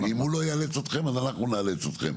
ואם הוא לא יאלץ אתכם אז אנחנו נאלץ אתכם.